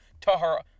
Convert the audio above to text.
tahara